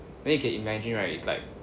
then you can imagine right it's like